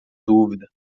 dúvida